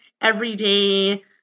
everyday